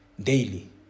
Daily